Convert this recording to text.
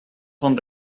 van